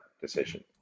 decision